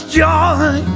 joy